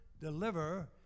deliver